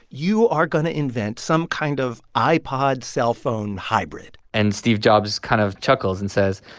you are going to invent some kind of ipod-cellphone hybrid and steve jobs kind of chuckles and says,